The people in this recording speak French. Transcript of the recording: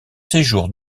séjour